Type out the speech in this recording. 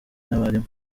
n’abarimu